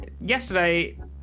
yesterday